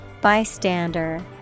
Bystander